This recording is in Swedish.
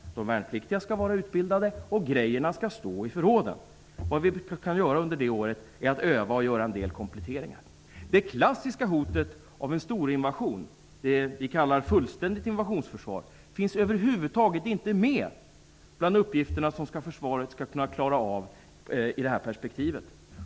De värnpliktiga skall vara utbildade. Grejerna skall finnas i förråden. Vad vi kan göra under det året är att vi övar och gör en del kompletteringar. Det klassiska hotet av en storinvasion -- det som vi kallar för ett fullständigt invasionsförsvar -- finns över huvud taget inte med bland de uppgifter som försvaret skall kunna klara av i det här perspektivet.